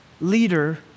leader